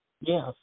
Yes